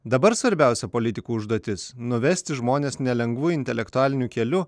dabar svarbiausia politikų užduotis nuvesti žmones nelengvu intelektualiniu keliu